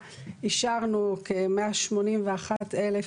המקומי גם בהיבט של תחום ההון האנושי.